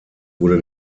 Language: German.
wurde